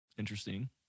Interesting